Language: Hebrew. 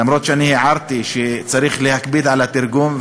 למרות שאני הערתי שצריך להקפיד על התרגום,